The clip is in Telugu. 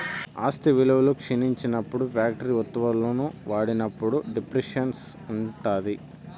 ఆస్తి విలువ క్షీణించినప్పుడు ఫ్యాక్టరీ వత్తువులను వాడినప్పుడు డిప్రిసియేషన్ ఉంటాది